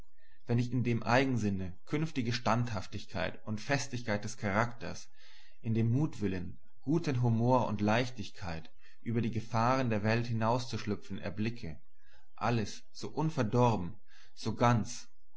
wenn ich in dem eigensinne künftige standhaftigkeit und festigkeit des charakters in dem mutwillen guten humor und leichtigkeit über die gefahren der welt hinzuschlüpfen erblicke alles so unverdorben so ganz